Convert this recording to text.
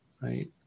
right